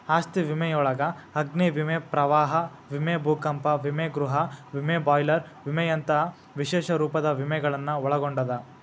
ಆಸ್ತಿ ವಿಮೆಯೊಳಗ ಅಗ್ನಿ ವಿಮೆ ಪ್ರವಾಹ ವಿಮೆ ಭೂಕಂಪ ವಿಮೆ ಗೃಹ ವಿಮೆ ಬಾಯ್ಲರ್ ವಿಮೆಯಂತ ವಿಶೇಷ ರೂಪದ ವಿಮೆಗಳನ್ನ ಒಳಗೊಂಡದ